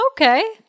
Okay